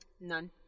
None